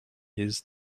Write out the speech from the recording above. his